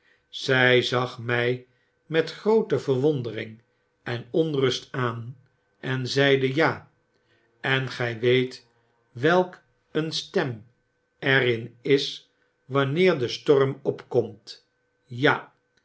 zy zag my met groote verwondering en onrust aan en zeide ja l en gy weet welk een stem er in is wanneer de storm opkomt ja